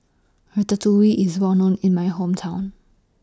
Ratatouille IS Well known in My Hometown